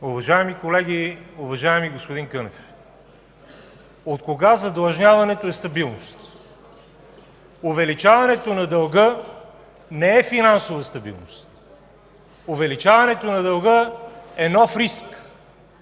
Уважаеми колеги, уважаеми господин Кънев! Откога задлъжняването е стабилност? Увеличаването на дълга не е финансова стабилност, увеличаването на дълга е нов риск.